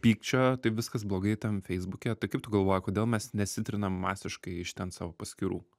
pykčio tai viskas blogai tam feisbuke tai kaip tu galvoji kodėl mes nesitrinam masiškai iš ten savo paskyrų